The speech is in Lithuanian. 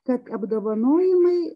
kad apdovanojimai